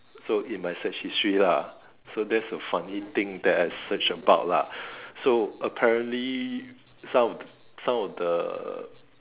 so in my search history lah so that's a funny thing that I search about lah so apparently some of some of the